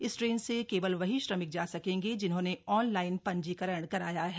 इस ट्रेन से केवल वही श्रमिक जा सकेंगे जिन्होंने ऑनलाइन पंजीकरण कराया है